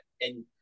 and-